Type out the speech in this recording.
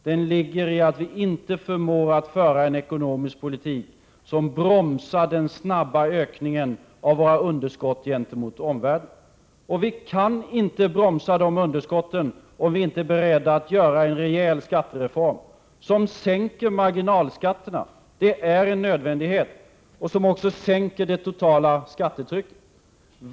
Den ligger i att vi inte förmår att föra en ekonomisk politik som bromsar den snabba ökningen av våra underskott gentemot omvärlden. Och vi kan inte bromsa de underskotten om vi inte är beredda att göra en rejäl skattereform som sänker marginalskatterna — det är en nödvändighet — och också sänker det totala skattetrycket.